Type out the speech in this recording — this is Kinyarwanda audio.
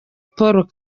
paul